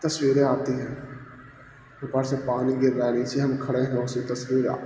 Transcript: تصویریں آتی ہیں اوپر سے پانی گر بانی چی ہم کھڑے ہیں اسی کی تصویر آ